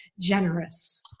generous